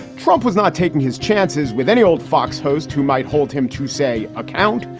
trump was not taking his chances with any old fox host who might hold him to say, account.